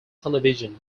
television